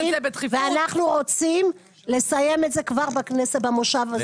ואנחנו רוצים לסיים את זה כבר במושב הזה.